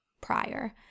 prior